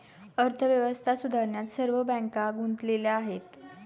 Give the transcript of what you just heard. अर्थव्यवस्था सुधारण्यात सर्व बँका गुंतलेल्या आहेत